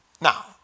Now